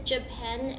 Japan